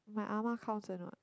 my ah ma counts a not